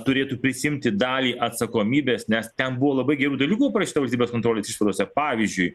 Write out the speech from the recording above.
turėtų prisiimti dalį atsakomybės nes ten buvo labai gerų dalykų parašyta valstybės kontrolės išvadose pavyzdžiui